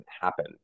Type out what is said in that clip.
happen